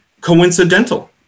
coincidental